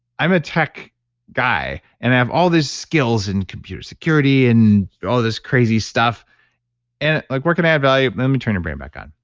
i'm a tech guy and i have all these skills in computer security and all this crazy stuff and like where can i add value? let me turn your brain back on.